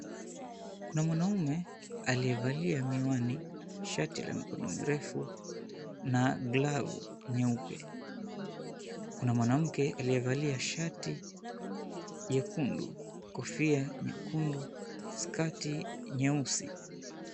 Kuna mwanaume aliyevalia miwani, shati la mikono mirefu na glavu nyeupe. Kuna mwanamke aliyevalia shati nyekundu kofia nyekundu skati nyeusi.